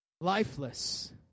lifeless